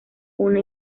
una